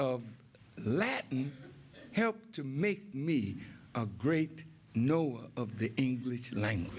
of latin helped to make me a great know of the english language